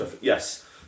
Yes